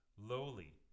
lowly